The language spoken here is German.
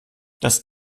das